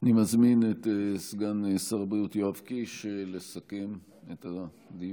אני מזמין את סגן שר הבריאות יואב קיש לסכם את הדיון.